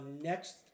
next